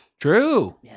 true